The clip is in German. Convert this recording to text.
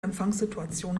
empfangssituation